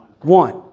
one